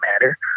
matter